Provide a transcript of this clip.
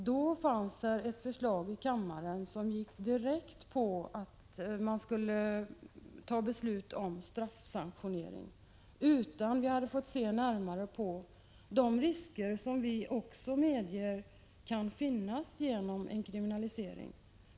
Då fanns det ett förslag i kammaren som gick ut på att riksdagen skulle fatta beslut om straffsanktionering utan att vi hade fått se närmare på de risker som också vi menar kan vara förenade med en kriminalisering.